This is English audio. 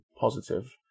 positive